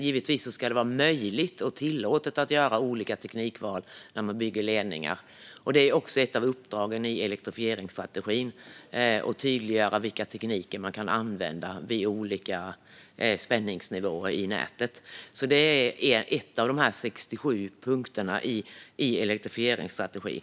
Givetvis ska det var möjligt och tillåtet att göra olika teknikval när man bygger ledningar. Det är också ett av uppdragen i elektrifieringsstrategin, det vill säga att tydliggöra vilka tekniker som kan användas vid olika spänningsnivåer i nätet. Det är en av de 67 punkterna i elektrifieringsstrategin.